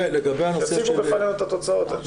יציגו בפנינו את התוצאות.